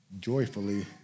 joyfully